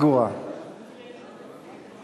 המדע והטכנולוגיה של הכנסת לשם הכנתה לקריאה שנייה